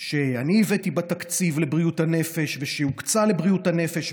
שאני הבאתי בתקציב לבריאות הנפש ושהוקצה לבריאות הנפש,